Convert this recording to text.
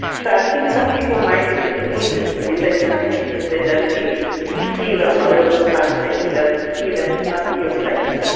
think some people might be disappointed when they come here, because they don't get to see the horrors of apartheid you don't see that, it's not in your face.